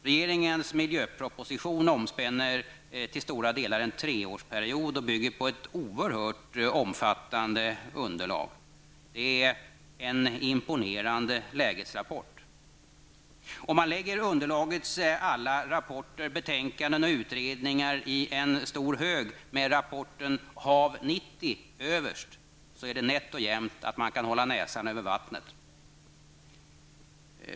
Regeringens miljöproposition omspänner till stora delar en treårsperiod och bygger på ett oerhört omfattande underlag. Den är en imponerande lägesrapport. Om man lägger underlagets alla rapporter, betänkanden och utredningar i en stor hög med rapporten Hav 90 överst, är det nätt och jämt att man kan hålla näsan över vattnet.